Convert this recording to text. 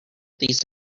these